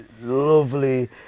lovely